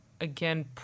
again